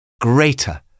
greater